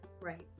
Right